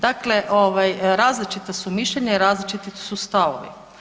Dakle, različita su mišljenja i različiti su stavovi.